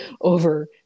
over